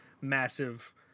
massive